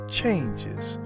changes